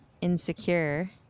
insecure